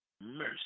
Mercy